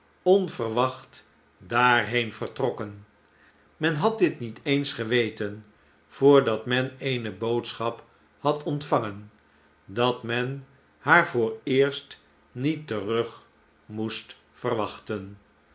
onverwacht daarheen vertrokken men had dit niet eens geweten voordat men eene boodschap had ontvangen dat men haar vooreerst niet terug moest verwachten